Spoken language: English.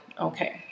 okay